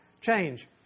change